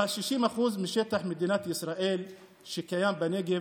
ב-60% משטח מדינת ישראל שקיים בנגב,